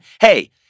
Hey